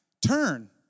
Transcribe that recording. Turn